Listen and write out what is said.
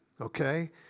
okay